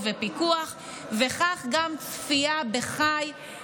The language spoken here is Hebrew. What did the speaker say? ועד שהיא מחזירה תשובה,